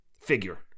figure